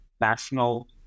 national